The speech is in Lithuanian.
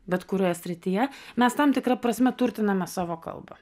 bet kurioje srityje mes tam tikra prasme turtiname savo kalbą